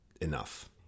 enough